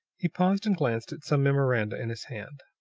he paused and glanced at some memoranda in his hand.